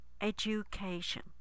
education